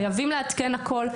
חייבים לעדכן הכול.